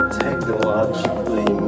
technologically